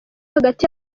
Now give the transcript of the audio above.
hagati